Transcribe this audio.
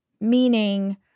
meaning